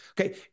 Okay